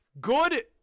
Good